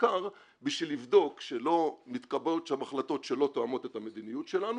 בעיקר בשביל לבדוק שלא מתקבלות שם החלטות שלא תואמות את המדיניות שלנו,